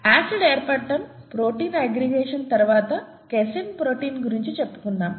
acid ఏర్పడటం protein aggregation తరువాత 'casein' protein గురించి చెప్పుకున్నాము